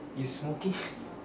is smoking